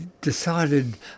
decided